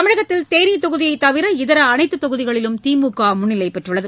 தமிழகத்தில் தேனி தொகுதியைத் தவிர இதர அனைத்து தொகுதிகளிலும் திமுக முன்னிலை பெற்றள்ளது